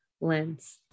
lens